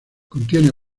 contiene